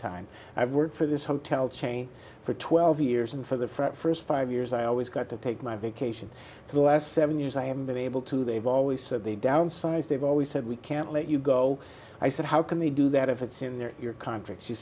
time i've worked for this hotel chain for twelve years and for the front first five years i always got to take my vacation the last seven years i haven't been able to they've always said they downsize they've always said we can't let you go i said how can they do that if it's in your contract she